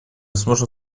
сможем